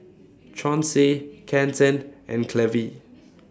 Chauncey Kenton and Clevie